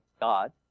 God